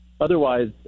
otherwise